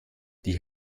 die